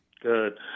Good